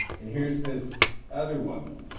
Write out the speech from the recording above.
and here's this other woman,